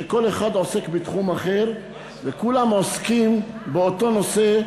שכל אחד עוסק בתחום אחר וכולם עוסקים באותו נושא,